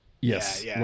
yes